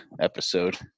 episode